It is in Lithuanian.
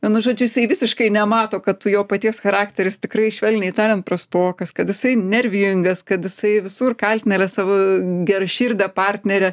vienu žodžiu jisai visiškai nemato kad tu jo paties charakteris tikrai švelniai tariant prastokas kad jisai nervingas kad jisai visur kaltina savo geraširdę partnerę